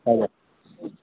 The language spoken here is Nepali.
हजुर